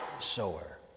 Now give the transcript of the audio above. sower